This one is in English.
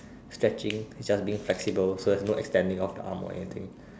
stretching it just being flexible so is not extending of your arm or anything